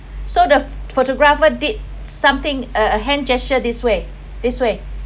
so the photographer did something uh hand gesture this way this way